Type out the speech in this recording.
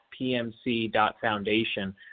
pmc.foundation